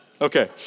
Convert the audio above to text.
Okay